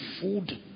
food